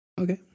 Okay